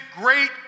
great